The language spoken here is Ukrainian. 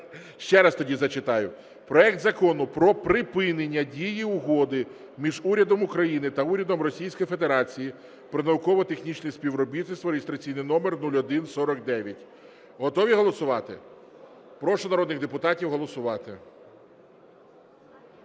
Ще раз тоді зачитаю. Проект Закону про припинення дії Угоди між Урядом України та Урядом Російської Федерації про науково-технічне співробітництво (реєстраційний номер 0149). Готові голосувати? Прошу народних депутатів голосувати.